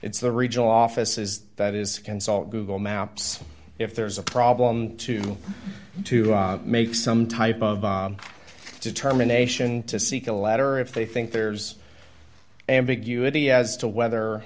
it's the regional offices that is consult google maps if there's a problem to make some type of determination to seek a letter if they think there's ambiguity as to whether